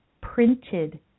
printed